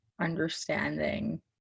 understanding